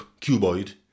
cuboid